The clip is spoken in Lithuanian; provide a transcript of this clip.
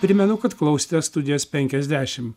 primenu kad klausėtės studijos penkiasdešim